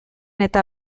eta